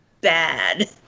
bad